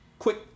Quick